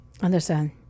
Understand